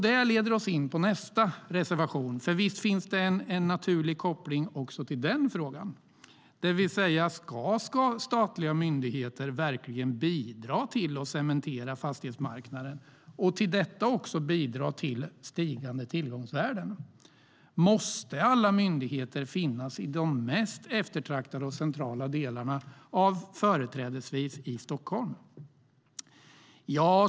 Det leder oss in på nästa reservation, för visst finns det en naturlig koppling till frågan om statliga myndigheter verkligen ska bidra till att cementera fastighetsmarknaden och till stigande tillgångsvärden. Måste alla myndigheter finnas i de mest eftertraktade och centrala delarna av företrädesvis Stockholm?